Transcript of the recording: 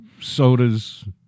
sodas